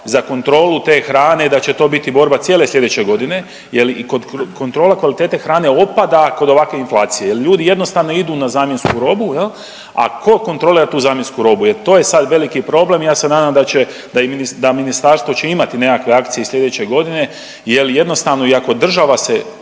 za kontrolu te hrane da će to biti borba cijele slijedeće godine jel i kontrola kvalitete hrane opada kod ovakve inflacije jel ljudi jednostavno idu na zamjensku robu jel, a ko kontrolira tu zamjensku robu jer to je sad veliki problem i ja se nadam da će, da i Minista…, da Ministarstvo će imati nekakve akcije i slijedeće godine jel jednostavno i ako država se